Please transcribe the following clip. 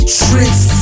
tricks